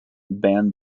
banned